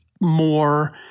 more